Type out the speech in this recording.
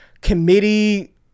committee